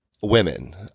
women